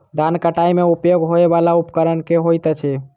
धान कटाई मे उपयोग होयवला उपकरण केँ होइत अछि?